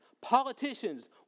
politicians